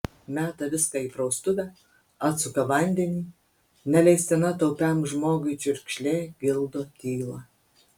meta viską į praustuvę atsuka vandenį neleistina taupiam žmogui čiurkšlė gildo tylą